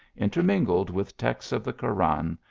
intermingled with texts of the koran,